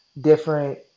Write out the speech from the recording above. different